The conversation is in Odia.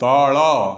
ତଳ